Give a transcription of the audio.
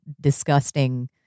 disgusting